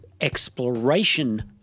exploration